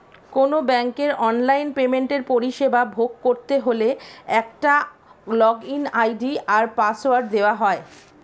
কোনো ব্যাংকের অনলাইন পেমেন্টের পরিষেবা ভোগ করতে হলে একটা লগইন আই.ডি আর পাসওয়ার্ড দেওয়া হয়